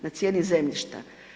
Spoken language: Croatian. Na cijeni zemljišta.